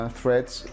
threats